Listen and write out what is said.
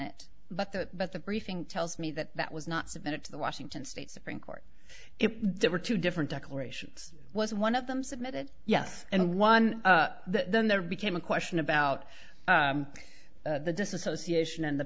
it but the but the briefing tells me that that was not submitted to the washington state supreme court if there were two different declarations was one of them submitted yes and one then there became a question about the dissociation and the